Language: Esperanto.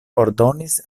ordonis